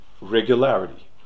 regularity